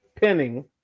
pinning